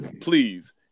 please